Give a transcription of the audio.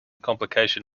complication